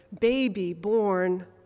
baby-born